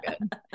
good